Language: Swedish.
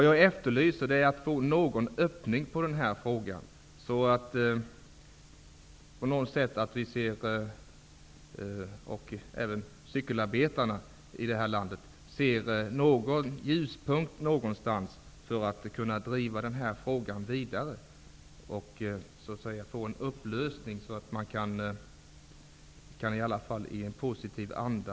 Jag efterlyser en öppning i den här frågan, så att vi, och även cykelarbetarna här i landet, ser en ljuspunkt någonstans som tyder på att den här frågan skall kunna drivas vidare. Det vore bra att få en upplösning för att kunna jobba framåt i en positiv anda.